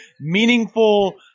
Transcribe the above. meaningful